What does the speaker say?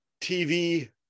TV